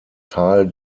tal